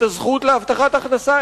את הזכות להבטחת הכנסה,